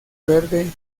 verde